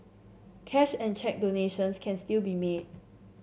cash and cheque donations can still be made